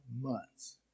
months